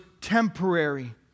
temporary